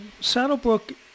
Saddlebrook